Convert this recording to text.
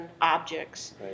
objects